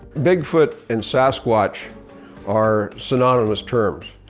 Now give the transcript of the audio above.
bigfoot and sasquatch are synonymous terms.